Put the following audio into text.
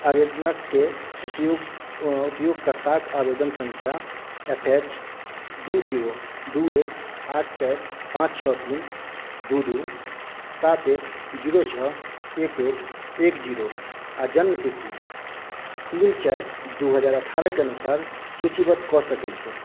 आवेदनकेँ उपयोगकर्ताक आवेदन संख्या एफ एच दू जीरो दू एक आठ चारि पाँच छओ तीन दू दू सात एक जीरो छओ एक एक एक जीरो आ जन्म तिथि तीन चारि दू हजार अठारह के अनुसार सूचीबद्ध कऽ सकै छी